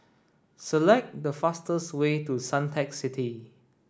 select the fastest way to Suntec City